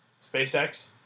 SpaceX